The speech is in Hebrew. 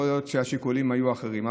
יכול להיות שהשיקולים היו אחרים,